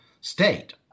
state